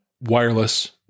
wireless